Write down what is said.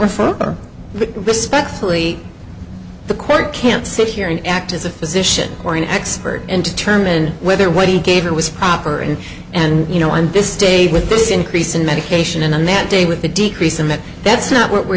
refer to respectfully the court can't sit here and act as a physician or an expert and determine whether what he gave her was proper and and you know on this day with this increase in medication and on that day with the decrease in that that's not what we're